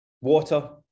water